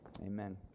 amen